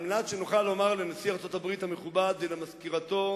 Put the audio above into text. על מנת שנוכל לומר לנשיא ארצות-הברית המכובד ולמזכירתו,